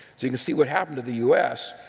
you can see what happened to the u s,